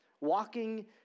Walking